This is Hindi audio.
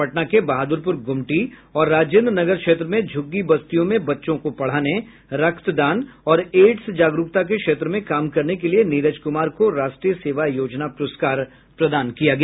पटना के बहादुरपुर गुमटी और राजेन्द्र नगर क्षेत्र में झुग्गी बस्तियों में बच्चों को पढ़ाने रक्तदान और एड्स जागरूकता के क्षेत्र में काम करने के लिये नीरज कुमार को राष्ट्रीय सेवा योजना पुरस्कार प्रदान किया गया